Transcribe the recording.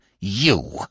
you